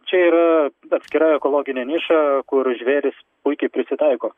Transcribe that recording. čia yra atskira ekologinė niša kur žvėrys puikiai prisitaiko